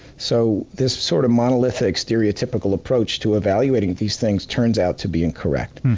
so, this sort of monolithic stereotypical approach to evaluating these things turns out to be incorrect.